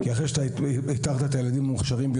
כי אחרי שאיתרת את הילדים המוכשרים,